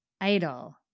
Idol